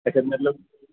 ਅੱਛਾ ਮਤਲਬ